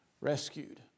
rescued